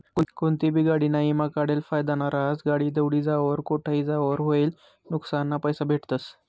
कोनतीबी गाडीना ईमा काढेल फायदाना रहास, गाडी दवडी जावावर, ठोकाई जावावर व्हयेल नुक्सानना पैसा भेटतस